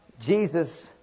Jesus